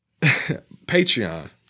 Patreon